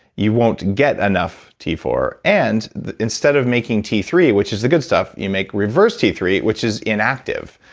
you won't get enough t four, and instead of making t three, which is the good stuff, you make reverse t three, which is inactive.